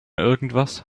irgendwas